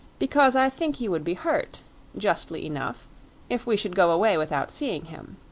because i think he would be hurt justly enough if we should go away without seeing him.